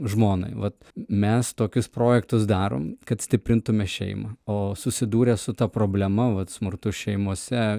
žmonai vat mes tokius projektus darom kad stiprintume šeimą o susidūrę su ta problema vat smurtu šeimose